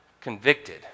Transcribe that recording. convicted